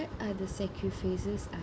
are the sacrifices